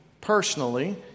personally